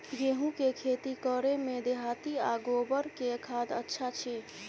गेहूं के खेती करे में देहाती आ गोबर के खाद अच्छा छी?